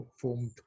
formed